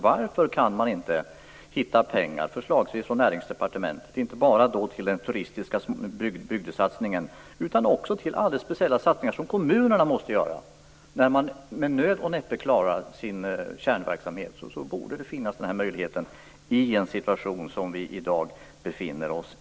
Varför kan man inte hitta pengar, förslagsvis från Näringsdepartementet, inte bara till den turistiska bygdesatsningen utan också till de alldeles speciella satsningar som kommunerna måste göra? Man klarar ju med nöd och näppe sin kärnverksamhet. Då borde den här möjligheten också finnas.